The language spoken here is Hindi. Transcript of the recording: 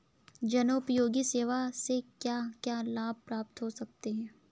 जनोपयोगी सेवा से हमें क्या क्या लाभ प्राप्त हो सकते हैं?